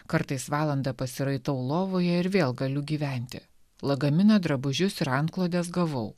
kartais valandą pasiraitau lovoje ir vėl galiu gyventi lagaminą drabužius ir antklodes gavau